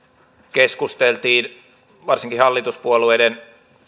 keskusteltiin varsinkin hallituspuolueiden